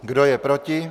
Kdo je proti?